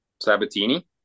Sabatini